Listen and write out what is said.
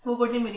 will give